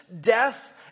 death